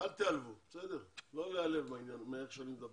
אל תעלבו מאיך שאני מדבר.